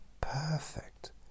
perfect